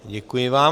Děkuji vám.